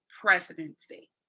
presidency